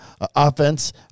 offense